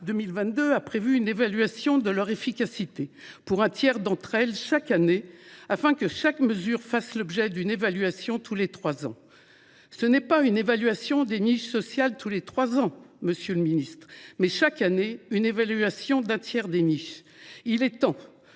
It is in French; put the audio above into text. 2022 a prévu une évaluation de leur efficacité pour un tiers d’entre elles chaque année, afin que chaque mesure fasse l’objet d’une évaluation tous les trois ans. La loi prévoit non pas une évaluation des niches sociales tous les trois ans, monsieur le ministre, mais une évaluation d’un tiers des niches chaque